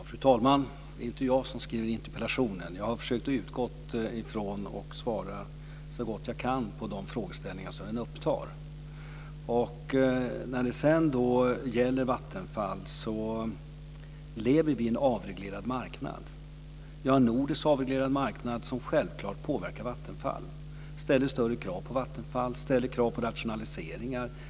Fru talman! Det var inte jag som skrev interpellationen. Jag har försökt att utgå från den och svara så gott jag kan på de frågeställningar som den upptar. Vattenfall lever i en avreglerad marknad. Vi har en nordisk avreglerad marknad som självklart påverkar Vattenfall. Det ställer större krav på Vattenfall. Det ställer krav på rationaliseringar.